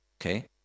Okay